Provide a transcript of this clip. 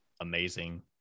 amazing